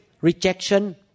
rejection